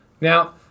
Now